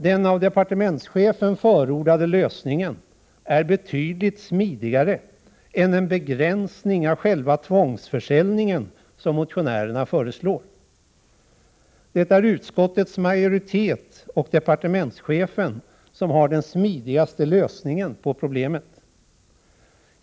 Den av departementschefen förordade lösningen är betydligt smidigare än den begränsning av själva tvångsförsäljningen som motionärerna föreslår. Det är utskottets majoritet och departementschefen som har den smidigaste lösningen på problemet.